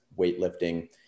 weightlifting